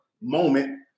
moment